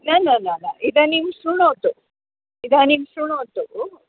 न न न न इदानीं श्रुणोतु इदानीं श्रुणोतु